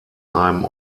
einem